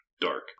dark